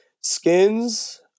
Skins